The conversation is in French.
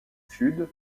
sud